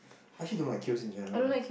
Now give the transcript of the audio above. I actually don't like queues in general